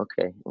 okay